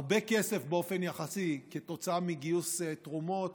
הרבה כסף באופן יחסי כתוצאה מגיוס תרומות,